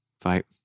fight